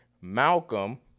Malcolm